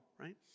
right